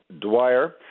Dwyer